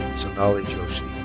sonali joshi.